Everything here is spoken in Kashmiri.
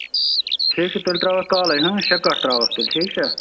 ٹھیٖک چھُ تیٚلہِ ترٛاوو کالے ہاں شیٚے کَٹھ ترٛاوو تیٚلہِ ٹھیٖک چھا